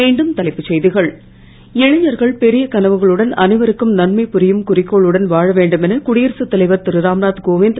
மீண்டும் தலைப்புச் செய்திகள் இளைஞர்கள் பெரிய கனவுகளுடன் அனைவருக்கும் நன்மை புரியும் குறிக்கோளுடன் வாழவேண்டுமென குடியரசுத் தலைவர் திருராம்நாத் கோவிந்த்